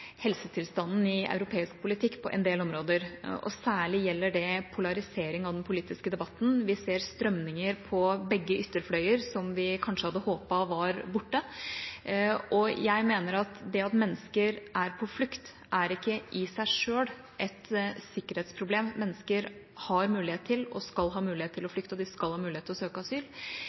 helsetilstanden i europeisk politikk på en del områder, og særlig gjelder det polarisering av den politiske debatten. Vi ser strømninger på begge ytterfløyer som vi kanskje hadde håpet var borte. Jeg mener at det at mennesker er på flukt, er ikke i seg selv et sikkerhetsproblem. Mennesker har mulighet til, og skal ha mulighet til, å flykte, og de skal ha mulighet til å søke asyl,